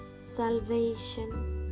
salvation